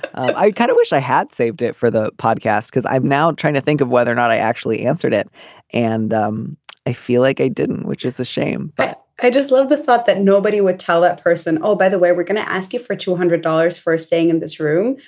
i kind of wish i had saved it for the podcasts because i'm now trying to think of whether or not i actually answered it and um i feel like i didn't which is a shame but i just love the thought that nobody would tell that person. oh by the way we're going to ask you for two hundred dollars for staying in this room.